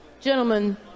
Gentlemen